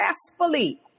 successfully